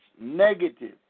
negative